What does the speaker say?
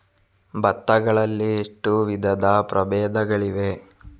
ಭತ್ತ ಗಳಲ್ಲಿ ಎಷ್ಟು ವಿಧದ ಪ್ರಬೇಧಗಳಿವೆ?